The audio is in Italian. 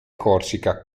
corsica